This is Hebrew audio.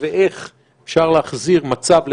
ואיך אפשר להחזיר את המצב לקדמותו.